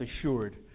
assured